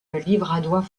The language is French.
livradois